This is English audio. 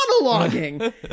monologuing